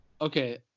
Okay